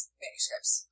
manuscripts